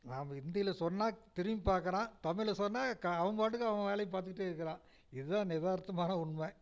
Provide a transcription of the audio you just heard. நாம் இந்தியில் சொன்னால் திரும்பிப் பார்க்கறான் தமிழில் சொன்னால் க அவன்பாட்டுக்கு அவன் வேலையைப் பார்த்துட்டு இருக்கிறான் இதான் யதார்த்தமான உண்மை